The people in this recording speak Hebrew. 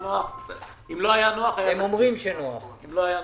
הם אומרים שנוח.